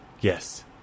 Yes